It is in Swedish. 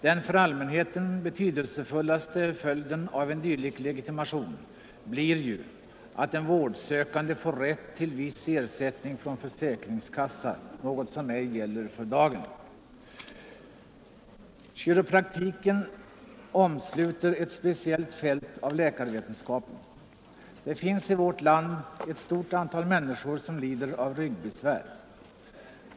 Den för allmänheten mest betydelsefulla följden av en dylik legitimation blir att den vårdsökande får rätt till viss ersättning från försäkringskassan, något som inte gäller i dag. Kiropraktiken omsluter ett speciellt fält av läkarvetenskapen. Det finns i vårt land ett stort antal människor som lider av ryggbesvär.